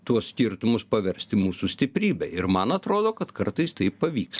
tuos skirtumus paversti mūsų stiprybe ir man atrodo kad kartais tai pavyks